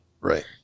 Right